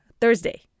Thursday